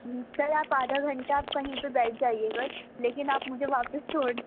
سر آپ آدھا گھنٹہ آپ کہیں پہ بیٹھ جائیے گا لیکن آپ مجھے واپس چھوڑ